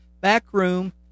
backroom